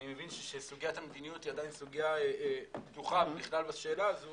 אני מבין שסוגיית המדיניות היא עדיין סוגיה פתוחה בשאלה הזאת